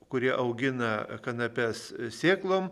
kurie augina kanapes sėklom